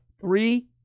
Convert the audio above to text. three